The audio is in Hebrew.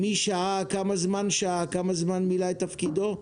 מי שהה, כמה זמן מילא את תפקידו?